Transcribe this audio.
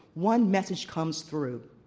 one message comes through,